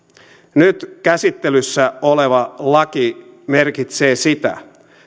nyt käsittelyssä oleva laki merkitsee sitä